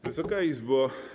Wysoka Izbo!